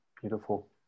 Beautiful